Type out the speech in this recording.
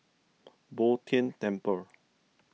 Bo Tien Temple